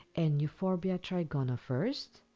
and euphorbia trigona first,